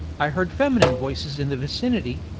i heard feminine voices in the vicinity,